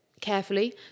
carefully